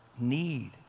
need